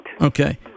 Okay